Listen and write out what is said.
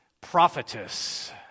prophetess